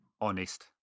Honest